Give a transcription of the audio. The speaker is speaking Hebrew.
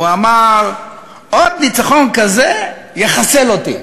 הוא אמר: עוד ניצחון כזה יחסל אותי.